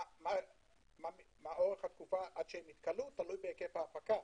מה אורך התקופה עד שיתכלו תלוי בהיקף ההפקה.